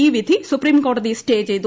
ഈ വിധി സുപ്രീംകോടതി സ്റ്റേ ചെയ്തു